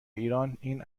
ایران، این